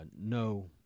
no